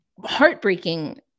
heartbreaking